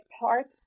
parts